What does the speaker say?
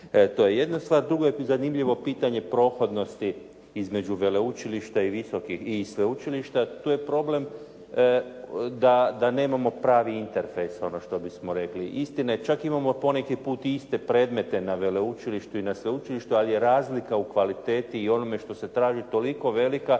To je jedna stvar. Drugo je zanimljivo pitanje prohodnosti između veleučilišta i sveučilišta. Tu je problem da nemamo pravi … ono što bismo rekli. Istina je, čak imamo poneki put i iste predmete i na veleučilištu i na sveučilištu ali je razlika u kvaliteti i onome što se traži toliko velika